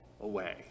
away